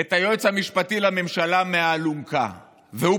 את היועץ המשפטי לממשלה מהאלונקה והוא